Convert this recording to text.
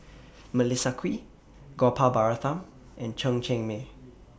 Melissa Kwee Gopal Baratham and Chen Cheng Mei